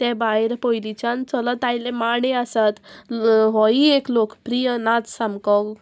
ते भायर पयलींच्यान चलत आयल्लें माणे आसात होयी एक लोकप्रीय नाच सामको